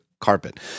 carpet